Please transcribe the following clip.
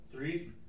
Three